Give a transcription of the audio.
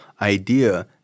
idea